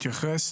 אתייחס.